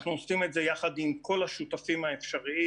אנחנו עושים את זה יחד עם כל השותפים האפשריים,